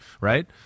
right